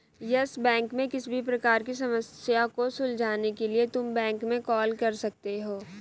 yes Bank में किसी भी प्रकार की समस्या को सुलझाने के लिए तुम बैंक में कॉल कर सकते हो